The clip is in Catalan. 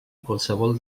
qualsevol